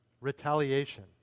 retaliation